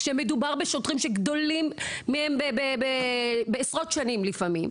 כשמדובר בשוטרים שגדולים מהם בעשרות שנים לפעמים,